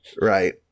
Right